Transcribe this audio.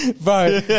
Bro